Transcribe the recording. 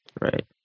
Right